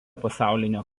pasaulinio